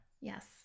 Yes